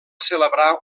celebrar